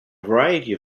variety